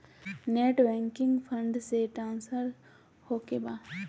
Net banking से fund transfer होखें बा?